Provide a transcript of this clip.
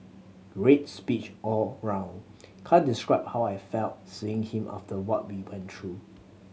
great speech all round can't describe how I felt seeing him after what we went through